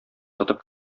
тотып